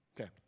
Okay